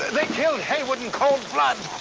they killed heywood in cold blood.